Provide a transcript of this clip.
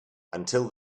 until